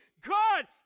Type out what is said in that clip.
God